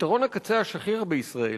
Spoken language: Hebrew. פתרון הקצה השכיח בישראל,